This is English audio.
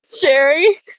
Sherry